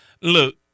look